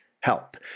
help